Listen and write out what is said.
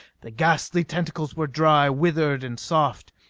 the ghastly tentacles were dry withered and soft.